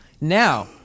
Now